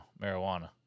marijuana